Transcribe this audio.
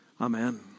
Amen